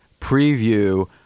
preview